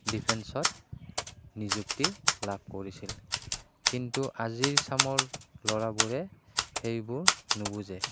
ডিফেঞ্চত নিযুক্তি লাভ কৰিছিল কিন্তু আজিৰ চামৰ ল'ৰাবোৰে সেইবোৰ নুবুজে